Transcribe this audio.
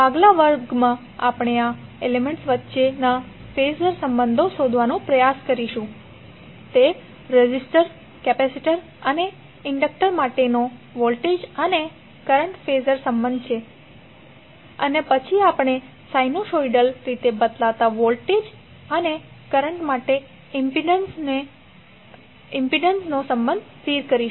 આગલા વર્ગમાં આપણે આ એલિમેન્ટ્સ વચ્ચેના ફેઝર સંબંધો શોધવાનો પ્રયત્ન કરીશું તે રેઝિસ્ટર કેપેસિટર અને ઇન્ડક્ટર માટેનો વોલ્ટેજ અને કરંટ ફેઝર સંબંધ છે અને પછી આપણે સાઇનુસોઈડલ રીતે બદલાતા વોલ્ટેજ અને કરંટ માટે ઈમ્પિડેન્સ નો સંબંધ સ્થિર કરીશું